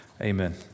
Amen